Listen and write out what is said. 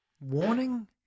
warning